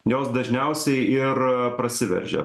jos dažniausiai ir prasiveržia